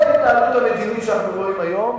כל ההתנהלות המדינית שאנחנו רואים היום,